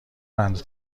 راننده